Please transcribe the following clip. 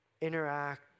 interact